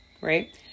right